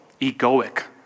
egoic